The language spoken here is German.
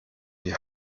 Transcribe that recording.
die